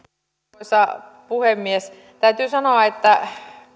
arvoisa puhemies täytyy sanoa että